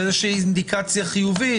והיא אינדיקציה חיובי,